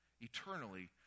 eternally